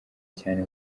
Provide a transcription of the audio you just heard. cyane